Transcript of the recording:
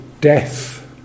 death